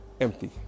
empty